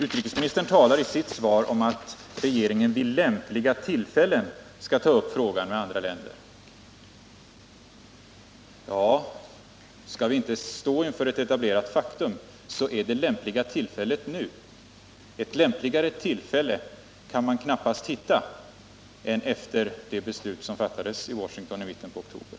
Utrikesministern talar i sitt svar om att regeringen vid lämpliga tillfällen skall ta upp frågan med andra länder. Ja, skall vi inte stå inför ett etablerat faktum, så är det lämpliga tillfället nu. Ett lämpligare tillfälle kan man knappast hitta än efter det beslut som fattades i Washington i mitten av oktober.